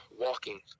walking